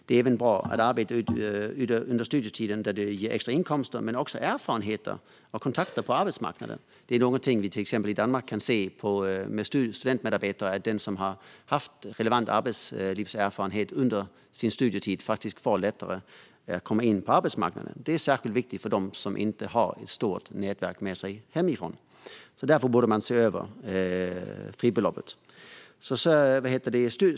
Det är även bra att arbeta under studietiden, då det utöver extra inkomster ger erfarenheter och kontakter på arbetsmarknaden. Vi kan se att det till exempel i Danmark där man har studentmedarbetare och att den som har fått relevant arbetslivserfarenhet under sin studietid faktiskt får det lättare att komma in på arbetsmarknaden. Det är särskilt viktigt för dem som inte har ett stort nätverk med sig hemifrån. Därför borde man se över fribeloppet.